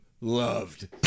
loved